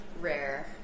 rare